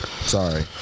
Sorry